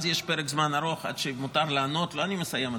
אני מסיים,